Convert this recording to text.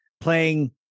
playing